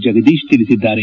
ಜಗದೀಶ್ ತಿಳಿಸಿದ್ದಾರೆ